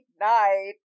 night